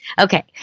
Okay